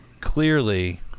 clearly